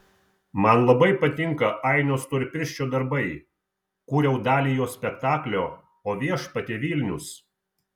man labai patinka ainio storpirščio darbai kūriau dalį jo spektaklio o viešpatie vilnius